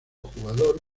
jugador